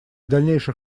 дальнейших